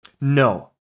No